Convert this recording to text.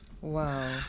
Wow